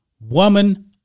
woman